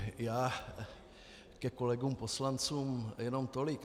Já ke kolegům poslancům jenom tolik.